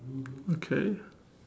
okay